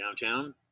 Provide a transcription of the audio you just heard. downtown